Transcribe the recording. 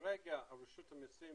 כשדברנו עם רשות המסים,